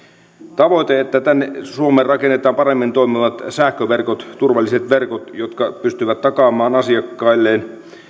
tavoite että tänne suomeen rakennetaan paremmin toimivat sähköverkot turvalliset verkot jotka pystyvät takaamaan asiakkailleen